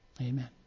amen